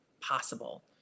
possible